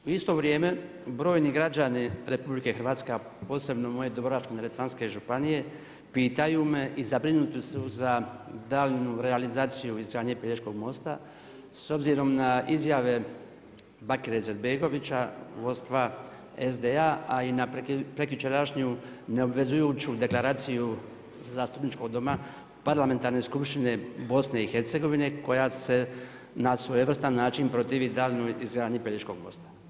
U isto vrijeme brojni građani RH, a posebno moje Dubrovačko-neretvanske županije pitaju me i zabrinuti su za daljnju realizaciju izgradnje Pelješkog mosta s obzirom na izjave Bakre Izetbegovića vodstva SDA, a i na prekjučerašnju neobvezujuću deklaraciju zastupničkog doma Parlamentarne skupštine BiH koja se na svojevrstan način protivi daljnjoj izgradnji Pelješkog mosta.